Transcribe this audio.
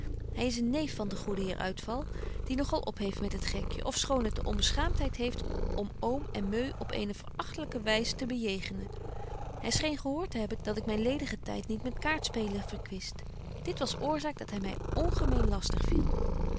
hy is een neef van den goeden heer uitval die nog al opheeft met het gekje ofschoon het de onbeschaamtheid heeft om oom en meu op eene verächtelyke wys te bejegenen hy scheen gehoort te hebben dat ik myn ledigen tyd niet met kaartspelen verkwist dit was oorzaak dat hy my ongemeen lastig viel